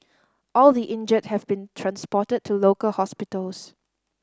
all the injured have been transported to local hospitals